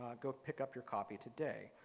ah go pick up your copy today.